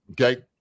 okay